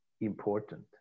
important